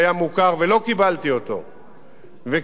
וכן הבאתי לממשלה וכן החלטנו לבצע,